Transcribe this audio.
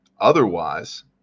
Otherwise